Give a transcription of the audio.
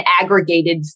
aggregated